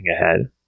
ahead